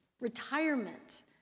retirement